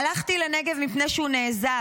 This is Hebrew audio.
"הלכתי לנגב מפני שהוא נעזב.